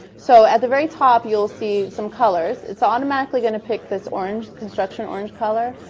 so at the very top, you'll see some colors. it's automatically going to pick this orange, construction orange color,